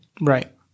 Right